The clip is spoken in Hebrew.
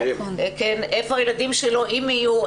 אם יהיו,